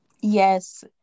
Yes